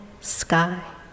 sky